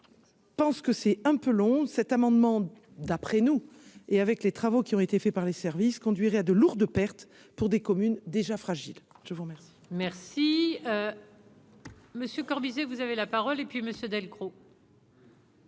Je pense que c'est un peu long, cet amendement, d'après nous, et avec les travaux qui ont été faits par les services conduirait à de lourdes pertes pour des communes déjà fragile, je vous. Merci monsieur Corbizet, vous avez la parole et puis Monsieur Delcros.